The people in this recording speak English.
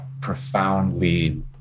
profoundly